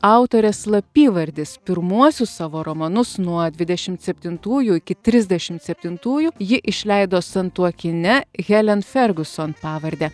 autorės slapyvardis pirmuosius savo romanus nuo dvidešimt septintųjų iki trisdešimt septintųjų ji išleido santuokine helen fergiuson pavarde